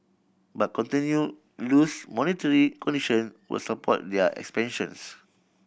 but continue loose monetary condition will support their expansions